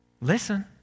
listen